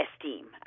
Esteem